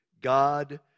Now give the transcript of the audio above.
God